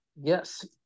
Yes